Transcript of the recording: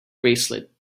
bracelet